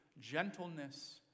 gentleness